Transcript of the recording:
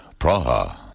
Praha